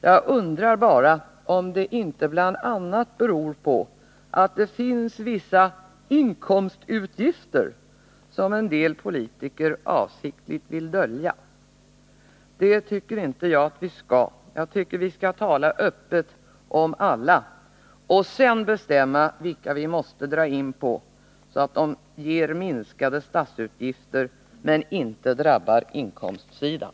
Jag undrar om det inte bl.a. beror på att det finns vissa ”inkomstutgifter” som en del politiker avsiktligt vill dölja. Det tycker jag inte att vi skall göra. Jag tycker att vi skall tala öppet om alla och sedan bestämma vilka vi kan dra ned på som ger minskade statsutgifter men inte drabbar inkomstsidan.